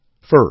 First